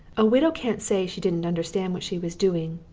a widow can't say she didn't understand what she was doing,